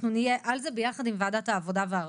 אנחנו נהיה על זה ביחד עם וועדת העבודה והרווחה.